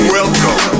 Welcome